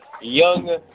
young